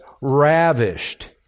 ravished